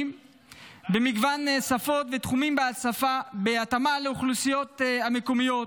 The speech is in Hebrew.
במגוון שפות ותחומים בהתאמה לאוכלוסיות המקומיות,